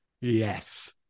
Yes